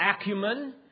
acumen